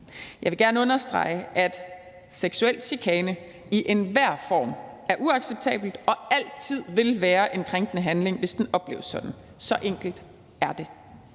Jeg vil gerne understrege, at seksuel chikane i enhver form er uacceptabelt og altid vil være en krænkende handling, hvis den opleves sådan. Så enkelt er det.